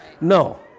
No